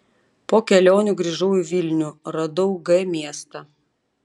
po kelionių grįžau į vilnių radau g miestą